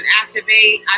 activate